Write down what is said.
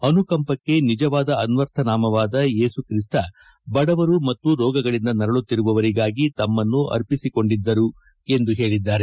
ಅನುಕಂಪಕ್ಕೆ ನಿಜವಾದ ಅದ್ವರ್ಥನಾಮವಾದ ಏಸುಕ್ರಿಸ್ತ ಬಡವರು ಮತ್ತು ರೋಗಗಳಿಂದ ನರಳುತ್ತಿರುವವರಿಗಾಗಿ ತಮ್ಮನ್ನು ಅರ್ಪಿಸಿಕೊಂಡಿದ್ದರು ಎಂದು ಹೇಳಿದ್ದಾರೆ